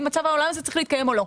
האם מצב העולם צריך להתקיים או לא.